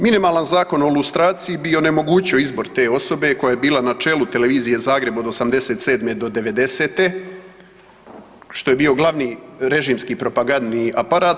Minimalan Zakon o lustraciji bi onemogućio izbor te osobe koja je bila na čelu televizije Zagreb od '87. do '90.-te što je bio glavni režimski propagandni aparat.